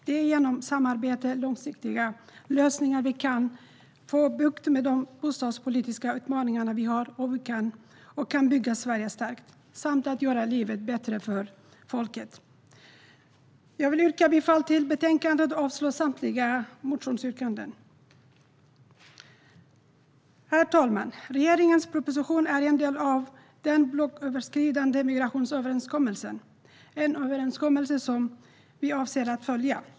Det är genom samarbete och långsiktiga lösningar vi kan få bukt med de bostadspolitiska utmaningarna, bygga Sverige starkt och göra livet bättre för folket. Jag vill yrka bifall till utskottets förslag och avslag på samtliga motionsyrkanden. Herr talman! Regeringens proposition är en del av den blocköverskridande migrationsöverenskommelsen. Det är en överenskommelse som vi avser att följa.